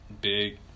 big